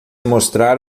mostrar